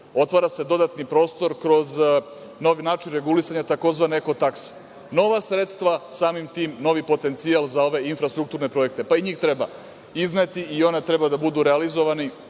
Otvara se dodatni prostor kroz nov način regulisanja tzv. eko takse. Nova sredstva, samim tim novi potencijal za ove infrastrukturne projekte, pa i njih treba izneti i ona treba da budu realizovana